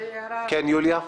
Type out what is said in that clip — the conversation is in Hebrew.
כן, יוליה.